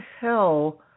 hell